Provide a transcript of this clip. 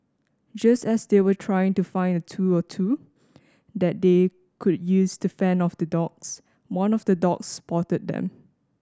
just as they were trying to find a tool or two that they could use to fend off the dogs one of the dogs spotted them